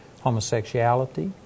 homosexuality